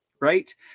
Right